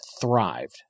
thrived